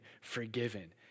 forgiven